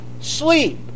sleep